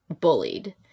bullied